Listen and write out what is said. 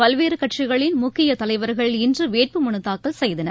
பல்வேறுகட்சிகளின் முக்கியதலைவர்கள் இன்றுவேட்புமனுதாக்கல் செய்தனர்